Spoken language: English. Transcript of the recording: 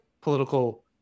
political